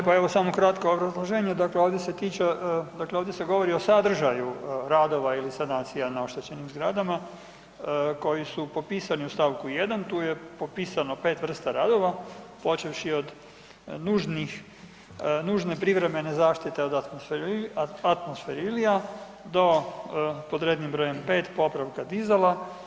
Hvala lijepo evo samo kratko obrazloženje, dakle ovdje se tiče, dakle ovdje se govori o sadržaju radova ili sanacija na oštećenim zgradama koji su popisani u stavku 1. Tu je popisano 5 vrsta radova počevši od nužnih, nužne privremene zaštite od atmosferilija do pod rednim br. 5 popravka dizala.